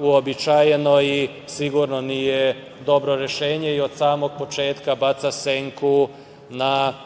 uobičajeno i sigurno nije dobro rešenje i od samog početka baca senku na